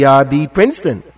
Princeton